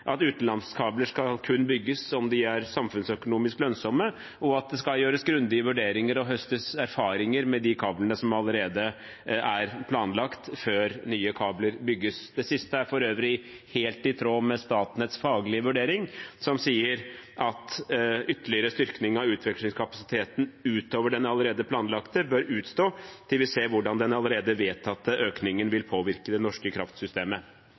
at utenlandskabler kun skal bygges om de er samfunnsøkonomisk lønnsomme, og at det skal gjøres grundige vurderinger og høstes erfaringer med de kablene som allerede er planlagt, før nye kabler bygges. Det siste er for øvrig helt i tråd med Statnetts faglige vurdering, som sier at ytterligere styrking av utvekslingskapasiteten utover den allerede planlagte bør utstå til vi ser hvordan den allerede vedtatte økningen vil påvirke det norske kraftsystemet.